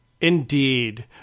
Indeed